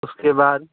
उसके बाद